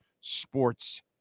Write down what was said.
sports